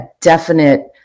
definite